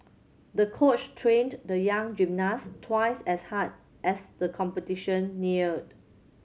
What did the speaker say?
the coach trained the young gymnast twice as hard as the competition neared